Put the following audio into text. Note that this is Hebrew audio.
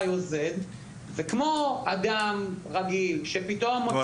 זה כמו אדם רגיל שפתאום מוצא את עצמו בסיטואציה --- נו,